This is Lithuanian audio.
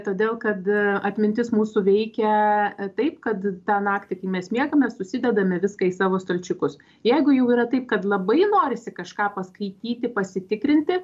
todėl kad atmintis mūsų veikia taip kad tą naktį kai mes miegame susidedame viską į savo stalčiukus jeigu jau yra taip kad labai norisi kažką paskaityti pasitikrinti